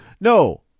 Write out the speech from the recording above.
No